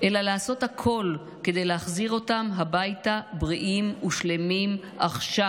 אלא לעשות הכול כדי להחזיר אותם הביתה בריאים ושלמים עכשיו.